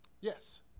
Yes